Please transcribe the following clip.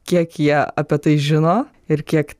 kiek jie apie tai žino ir kiek